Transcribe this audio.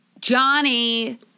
Johnny